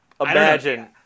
Imagine